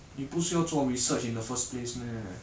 你不是要做 research in the first place meh